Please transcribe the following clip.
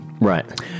Right